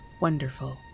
Wonderful